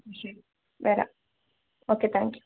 ശെരി വേരാം okay thank you